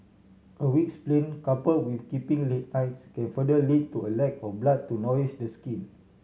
a weak spleen coupled with keeping late nights can further lead to a lack of blood to nourish the skin